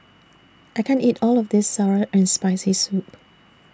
I can't eat All of This Sour and Spicy Soup